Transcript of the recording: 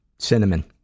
cinnamon